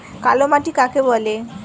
কালো মাটি কাকে বলে?